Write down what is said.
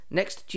next